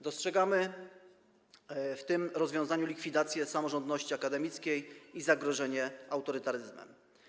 Dostrzegamy w tym rozwiązaniu likwidację samorządności akademickiej i zagrożenie autorytaryzmem.